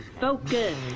focus